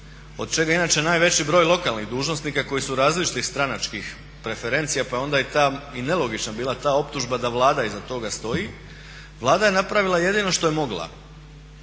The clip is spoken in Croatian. od čega inače najveći broj lokalnih dužnosnika koji su iz različitih stranačkih preferencija, pa je onda bila i nelogična ta optužba da Vlada iza toga stoji. Vlada je napravila jedino što je mogla